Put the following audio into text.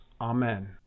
Amen